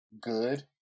good